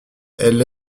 elle